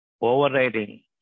Overriding